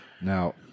Now